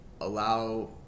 allow